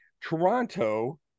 Toronto